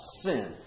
sin